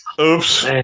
Oops